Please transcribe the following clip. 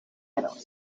italy